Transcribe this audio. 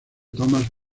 tomás